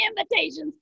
invitations